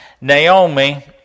Naomi